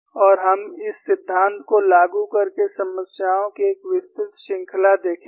और हम इस सिद्धांत को लागू करके समस्याओं की एक विस्तृत श्रृंखला देखेंगे